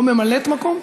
לא ממלאת מקום?